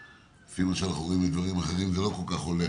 אפילו שאנחנו רואים מדברים אחרים שזה לא כל כך הולך.